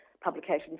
publications